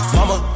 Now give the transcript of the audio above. Mama